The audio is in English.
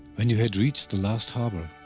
and you had reached the last harbor?